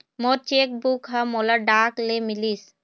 मोर cheque book ह मोला डाक ले मिलिस